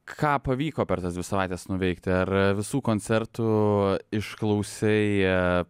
ką pavyko per tas dvi savaites nuveikti ar visų koncertų išklausei